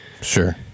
Sure